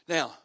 Now